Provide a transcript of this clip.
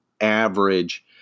average